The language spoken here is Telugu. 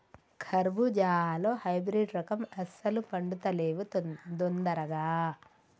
కర్బుజాలో హైబ్రిడ్ రకం అస్సలు పండుతలేవు దొందరగా